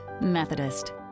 Methodist